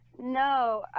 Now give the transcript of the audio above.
No